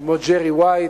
כמו ג'רי ווייט,